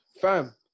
fam